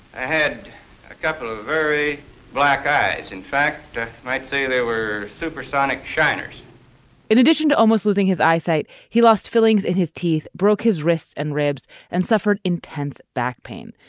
had a couple of very black eyes. in fact, i might say they were supersonic shiners in addition to almost losing his eyesight he lost fillings in his teeth, broke his wrists and ribs, and suffered intense back pain.